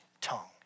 tongue